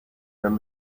then